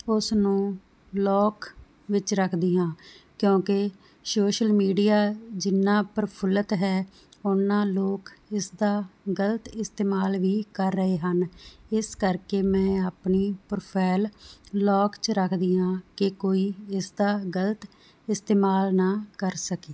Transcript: ਉਸ ਨੂੰ ਲੋਕ ਵਿੱਚ ਰੱਖਦੀ ਹਾਂ ਕਿਉਂਕਿ ਸੋਸ਼ਲ ਮੀਡੀਆ ਜਿੰਨਾ ਪ੍ਰਫੁੱਲਤ ਹੈ ਉਨਾਂ ਲੋਕ ਇਸਦਾ ਗਲਤ ਇਸਤੇਮਾਲ ਵੀ ਕਰ ਰਹੇ ਹਨ ਇਸ ਕਰਕੇ ਮੈਂ ਆਪਣੀ ਪ੍ਰੋਫਾਈਲ ਲੋਕ ਚ ਰੱਖਦੀਆਂ ਕਿ ਕੋਈ ਇਸਦਾ ਗਲਤ ਇਸਤੇਮਾਲ ਨਾ ਕਰ ਸਕੇ